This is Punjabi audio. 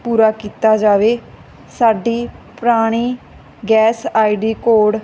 ਪੂਰਾ ਕੀਤਾ ਜਾਵੇ ਸਾਡੀ ਪੁਰਾਣੀ ਗੈਸ ਆਈਡੀ ਕੋਡ